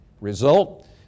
Result